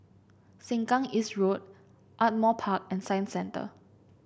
Sengkang East Road Ardmore Park and Science Centre